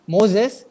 Moses